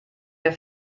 der